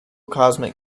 cosmic